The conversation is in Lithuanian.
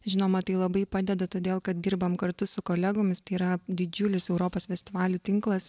žinoma tai labai padeda todėl kad dirbam kartu su kolegomis tai yra didžiulis europos festivalių tinklas